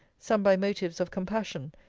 some by motives of compassion,